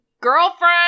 girlfriend